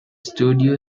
studio